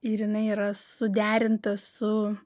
ir jinai yra suderinta su